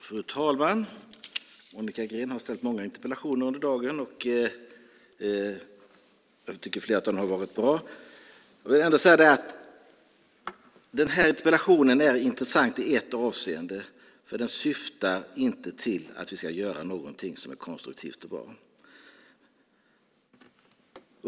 Fru talman! Monica Green har haft många interpellationer här i dag. Jag tycker att flera av dem är bra. Den här interpellationen är intressant i ett avseende. Den syftar nämligen inte till att vi ska göra något som är konstruktivt och bra.